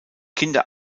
kinder